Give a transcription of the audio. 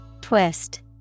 Twist